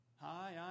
Hi